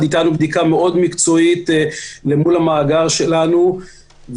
אתנו בדיקה מאוד מקצועית אל מול המאגר שלנו,